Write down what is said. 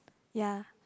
ya